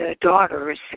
daughters